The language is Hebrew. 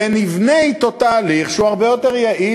ונבנה אתו תהליך שהוא הרבה יותר יעיל.